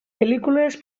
pel·lícules